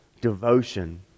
devotion